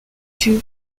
two